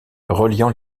reliant